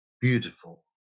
beautiful